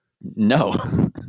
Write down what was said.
no